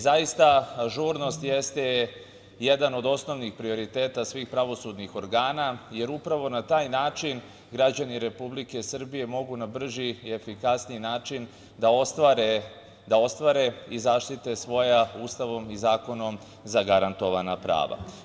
Zaista, ažurnost jeste jedan od osnovnih prioriteta svih pravosudnih organa, jer upravo na taj način građani Republike Srbije mogu na brži i efikasniji način da ostvare i zaštite svoja Ustavom i zakonom zagarantovana prava.